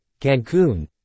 Cancun